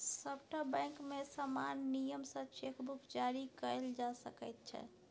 सभटा बैंकमे समान नियम सँ चेक बुक जारी कएल जा सकैत छै